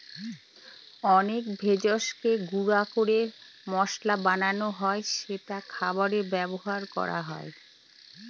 অনেক ভেষজকে গুঁড়া করে মসলা বানানো হয় যেটা খাবারে ব্যবহার করা হয়